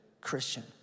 Christian